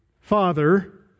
Father